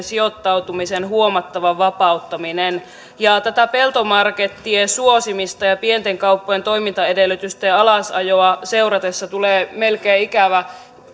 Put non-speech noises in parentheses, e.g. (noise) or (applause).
(unintelligible) sijoittautumisen huomattava vapauttaminen ja tätä peltomarkettien suosimista ja ja pienten kauppojen toimintaedellytysten alasajoa seuratessa tulee melkein ikävä